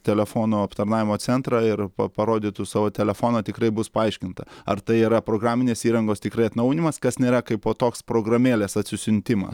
telefonų aptarnavimo centrą ir pa parodytų savo telefoną tikrai bus paaiškinta ar tai yra programinės įrangos tikrai atnaujinimas kas nėra kaipo toks programėlės atsisiuntimą